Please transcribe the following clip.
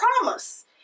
promise